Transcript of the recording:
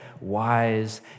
wise